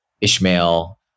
Ishmael